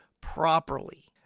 properly